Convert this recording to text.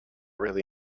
really